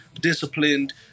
disciplined